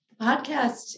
podcast